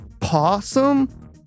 possum